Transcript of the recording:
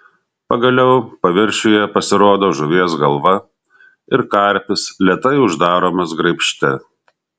pagaliau paviršiuje pasirodo žuvies galva ir karpis lėtai uždaromas graibšte